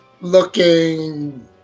looking